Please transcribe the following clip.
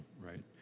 right